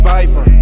Viper